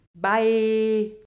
Bye